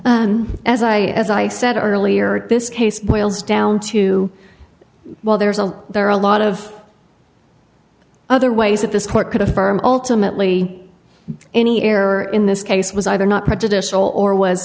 as i as i said earlier this case boils down to well there's a there are a lot of other ways that this court could affirm ultimately any error in this case was either not prejudicial or was